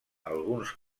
alguns